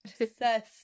obsessed